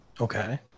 Okay